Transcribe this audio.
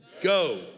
Go